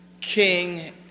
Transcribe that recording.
king